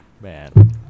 man